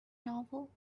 novel